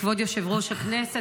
כבוד יושב-ראש הכנסת,